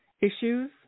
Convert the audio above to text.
issues